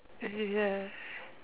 ya